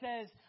says